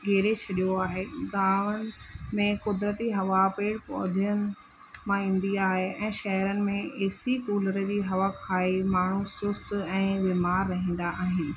घेरे छॾियो आहे गांवनि में कुदरती हवा पेड़ पौधनि मां ईंदी आहे ऐं शहरनि में ए सी कूलर खाई माण्हू सुस्तु ऐं बीमार रहंदा आहिनि